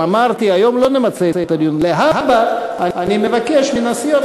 הבנו שלא מגישים.